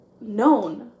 known